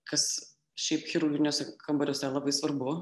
kas šiaip chirurginiuose kambariuose labai svarbu